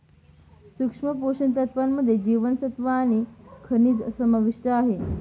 सूक्ष्म पोषण तत्त्वांमध्ये जीवनसत्व आणि खनिजं समाविष्ट आहे